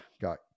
got